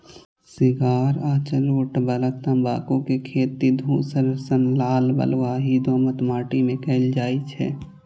cigar आ चुरूट बला तंबाकू के खेती धूसर सं लाल बलुआही दोमट माटि मे कैल जाइ छै